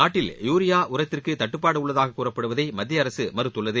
நாட்டில்யூரியா உரத்திற்கு தட்டுப்பாடு உள்ளதாக கூறப்படுவதை மத்திய அரசு மறுத்தள்ளது